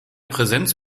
präsenz